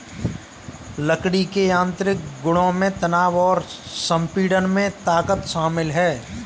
लकड़ी के यांत्रिक गुणों में तनाव और संपीड़न में ताकत शामिल है